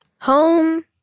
Home